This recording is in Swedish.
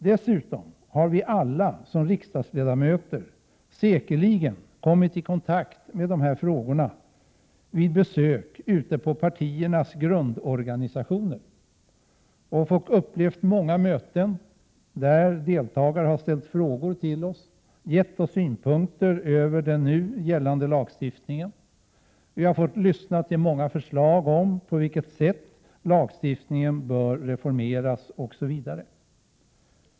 Dessutom har vi alla som riksdagsledamöter säkerligen kommit i kontakt med dessa frågor vid besök ute på partiernas grundorganisationer och vid många möten där deltagare har ställt frågor till oss och lämnat synpunkter på den nu gällande lagstiftningen. Vi har fått ta del av många förslag om på vilket sätt lagstiftningen bör reformeras osv.